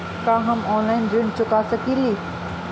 का हम ऑनलाइन ऋण चुका सके ली?